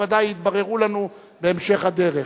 ודאי יתבררו לנו בהמשך הדרך.